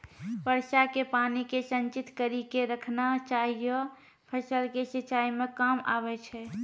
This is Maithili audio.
वर्षा के पानी के संचित कड़ी के रखना चाहियौ फ़सल के सिंचाई मे काम आबै छै?